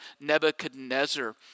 Nebuchadnezzar